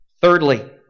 Thirdly